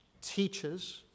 teaches